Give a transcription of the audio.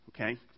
Okay